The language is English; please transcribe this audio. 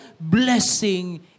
blessing